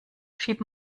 schieb